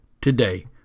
today